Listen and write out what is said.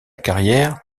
carrière